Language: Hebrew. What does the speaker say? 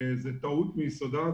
זו טעות מיסודה.